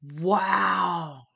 Wow